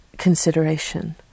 consideration